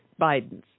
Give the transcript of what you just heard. Bidens